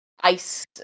ice